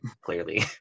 clearly